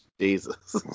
Jesus